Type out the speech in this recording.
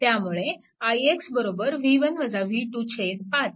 त्यामुळे ix 5